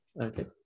Okay